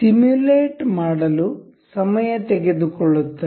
simulate ಮಾಡಲು ಸಮಯ ತೆಗೆದುಕೊಳ್ಳುತ್ತದೆ